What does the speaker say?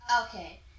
Okay